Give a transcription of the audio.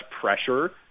pressure